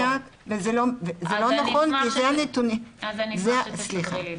זה לא מדויק וזה לא נכון כי אלה הנתונים --- אז אני אשמח שתסבירי לי.